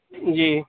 جی